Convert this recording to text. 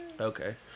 okay